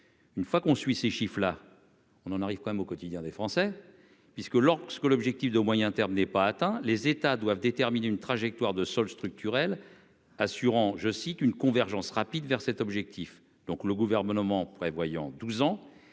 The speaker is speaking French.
Une fois qu'on suit ces chiffres là. On en arrive quand même au quotidien des Français, puisque lorsque l'objectif de moyen terme n'est pas atteint, les États doivent déterminer une trajectoire de solde structurel assurant, je cite, une convergence rapide vers cet objectif, donc le gouvernement prévoyant 12 ans